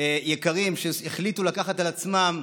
יקרים החליטו לקחת על עצמם,